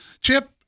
Chip